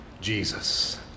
Jesus